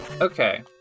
Okay